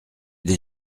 des